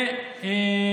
בכותל.